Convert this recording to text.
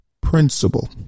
principle